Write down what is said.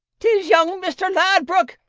tis young mister ladbruk,